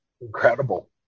incredible